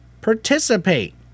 Participate